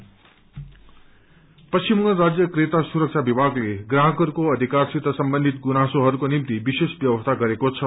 consumer society Paschim Bangal राज्य क्रेता सुरक्षा विभागले प्राहकहरूले अध्किारसित सम्बन्धित गुनासोहरूको निम्ति विशेष व्यवस्था गरेको छ